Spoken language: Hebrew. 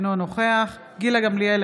אינו נוכח גילה גמליאל,